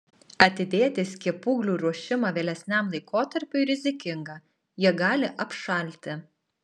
atidėti skiepūglių ruošimą vėlesniam laikotarpiui rizikinga jie gali apšalti